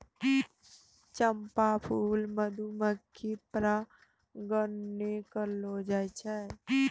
चंपा फूल मधुमक्खी परागण नै करै छै